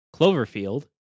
Cloverfield